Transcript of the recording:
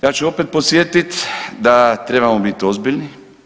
Ja ću opet podsjetiti da trebamo biti ozbiljni.